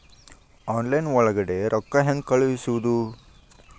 Online ಒಳಗಡೆ ರೊಕ್ಕ ಹೆಂಗ್ ಕಳುಹಿಸುವುದು?